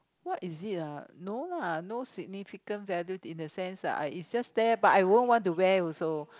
what is it ah no lah no significant value in the sense that I it's just there but I won't want to wear also